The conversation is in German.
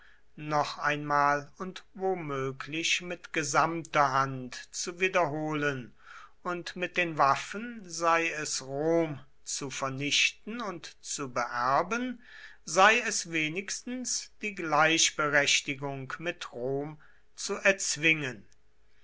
noch einmal und womöglich mit gesamter hand zu wiederholen und mit den waffen sei es rom zu vernichten und zu beerben sei es wenigstens die gleichberechtigung mit rom zu erzwingen